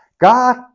God